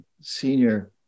senior